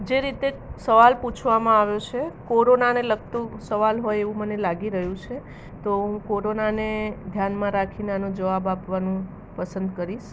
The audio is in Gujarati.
જે રીતે સવાલ પૂછવામાં આવ્યો છે કોરોનાને લગતો સવાલ હોય એવું મને લાગી રહ્યું છે તો હું કોરોનાને ધ્યાનમાં રાખીને આનો જવાબ આપવાનું પસંદ કરીશ